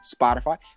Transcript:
spotify